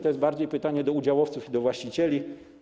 To jest bardziej pytanie do udziałowców i do właścicieli.